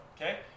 okay